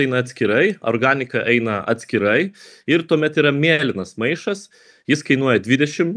eina atskirai organika eina atskirai ir tuomet yra mėlynas maišas jis kainuoja dvidešim